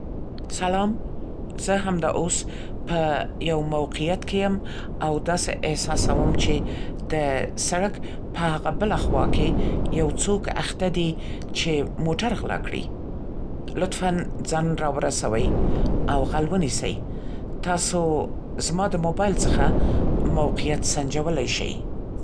سلام، زه همدا اوس په یو موقعیت کې یم او داسې احساس کوم چې د سړک په هاغه بله خوا کې یو څوک اخته دی چې موټر غلا کړي. لطفا ځان راورسوئ او غل ونیسئ. تاسو زما د موبایل څخه موقعیت سنجولی شئ!